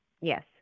yes